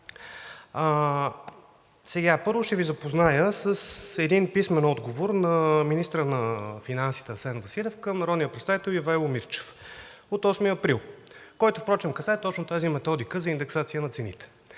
Първо, ще Ви запозная с един писмен отговор на министъра на финансите Асен Василев към народния представител Ивайло Мирчев от 8 април, който впрочем касае точно тази методика за индексация на цените.